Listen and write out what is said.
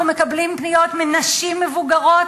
אנחנו מקבלים פניות מנשים מבוגרות